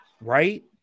right